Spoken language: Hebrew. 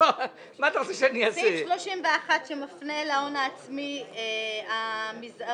עד 12, עם התיקון החדש לעניין נציג